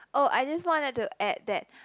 oh I just wanted to add that